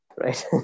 right